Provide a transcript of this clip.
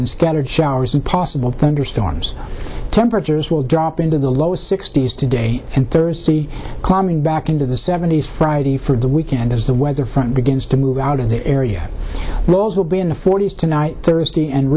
and scattered showers and possible thunderstorms temperatures will drop into the low sixty's today and thursday climbing back into the seventy's friday for the weekend as the weather front begins to move out of the area those will be in the forty's tonight thursday and